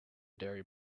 diary